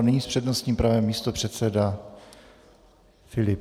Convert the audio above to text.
Nyní s přednostním právem místopředseda Filip.